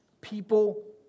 People